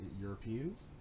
europeans